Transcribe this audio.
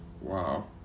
Wow